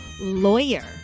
lawyer